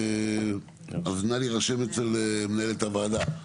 נא להירשם אצל מנהלת הוועדה.